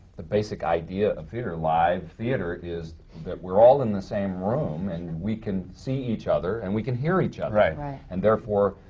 the basic idea of theatre, live theatre, is that we're all in the same room and we can see each other and we can hear each ah other. right. and therefore,